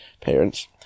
parents